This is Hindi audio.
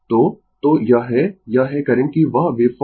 तो तो यह है यह है करंट की वह वेव फॉर्म